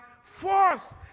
force